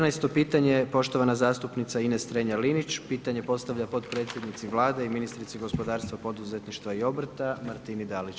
14. pitanje, poštovana zastupnica Ines Strenja Linić, pitanje postavlja potpredsjednici Vlade i ministrici gospodarstva, poduzetništva i obrta, Martini Dalić.